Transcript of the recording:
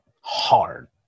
hard